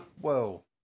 Whoa